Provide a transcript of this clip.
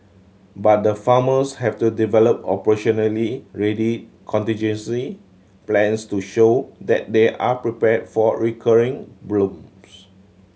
but the farmers have to develop operationally ready contingency plans to show that they are prepared for recurring blooms